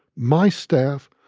my staff,